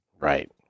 Right